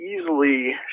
easily